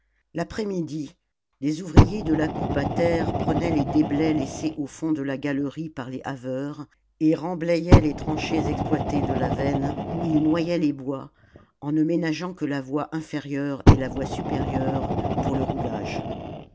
l'après-midi les ouvriers de la coupe à terre prenaient les déblais laissés au fond de la galerie par les haveurs et remblayaient les tranchées exploitées de la veine où ils noyaient les bois en ne ménageant que la voie inférieure et la voie supérieure pour le roulage